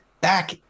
back